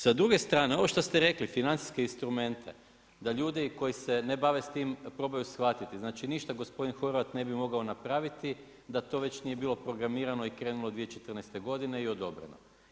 Sa druge strane, ono što ste rekli financijske instrumente da ljudi koji se ne bave s time probaju shvatiti, znači ništa gospodin Horvat ne bi mogao napraviti da to već nije bilo programirano i krenulo 2014. i odobreno.